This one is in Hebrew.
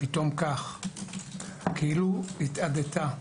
כאילו התאדתה.